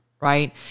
Right